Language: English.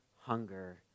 hunger